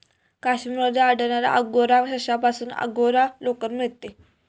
काश्मीर मध्ये आढळणाऱ्या अंगोरा सशापासून अंगोरा लोकर मिळते